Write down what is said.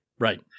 Right